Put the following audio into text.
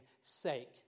sake